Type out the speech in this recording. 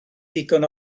ddigon